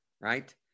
right